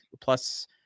plus